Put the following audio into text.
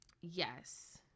yes